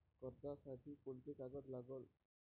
कर्जसाठी कोंते कागद लागन?